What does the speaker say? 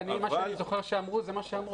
אני זוכר שזה מה שאמרו.